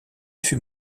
fût